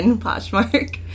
Poshmark